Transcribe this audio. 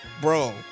Bro